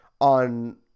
On